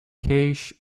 cache